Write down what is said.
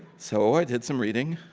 so i did some reading,